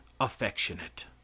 affectionate